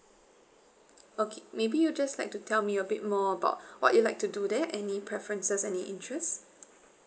okay maybe you just like to tell me a bit more about what you'll like to do there any preferences any interest